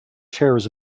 chairs